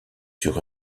sur